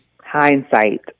hindsight